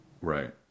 right